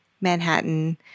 Manhattan